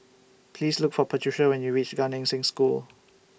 Please Look For Patrica when YOU REACH Gan Eng Seng School